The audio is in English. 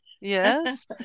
Yes